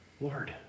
Lord